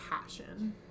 passion